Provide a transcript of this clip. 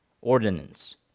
ordinance